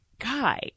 guy